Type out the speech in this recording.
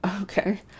okay